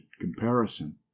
comparison